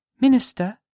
Minister